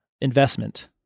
investment